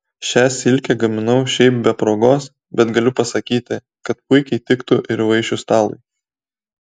šią silkę gaminau šiaip be progos bet galiu pasakyti kad puikiai tiktų ir vaišių stalui